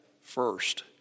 first